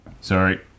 Sorry